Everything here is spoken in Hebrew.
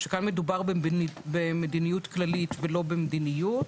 שכאן מדובר במדיניות כללית ולא במדיניות.